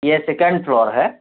یہ second floor ہے